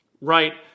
right